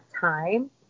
time